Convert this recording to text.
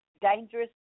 dangerous